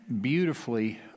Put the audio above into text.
beautifully